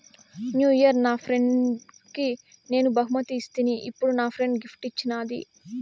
new year నా ఫ్రెండ్కి నేను బహుమతి ఇస్తిని, ఇప్పుడు నా ఫ్రెండ్ గిఫ్ట్ ఇచ్చిన్నాది